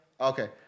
Okay